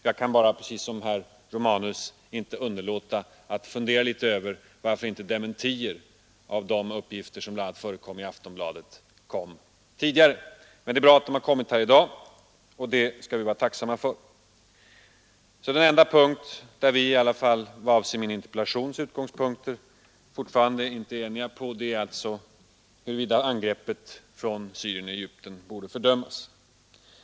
Jag kan bara — liksom herr Romanus — inte underlåta att undra över varför inte dementier av de uppgifter, som bl.a. förekom i Aftonbladet, har kommit tidigare. Det är bra att de har kommit i dag, det skall vi vara tacksam ma för. Den punkt som vi — i varje fall vad avser min interpellations utgångspunkt — fortfarande inte är eniga om är alltså huruvida angreppet från Syrien och Egypten borde fördömas.